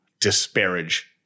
disparage